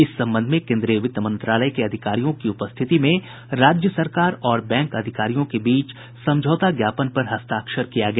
इस संबंध में केन्द्रीय वित्त मंत्रालय के अधिकारियों की उपस्थिति में राज्य सरकार और बैंक अधिकारियों के बीच समझौता ज्ञापन पर हस्ताक्षर किया गया